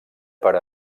per